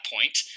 point